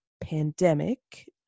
pandemic